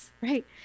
right